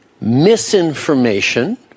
misinformation